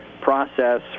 process